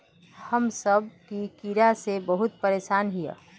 हम सब की कीड़ा से बहुत परेशान हिये?